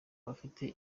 bafite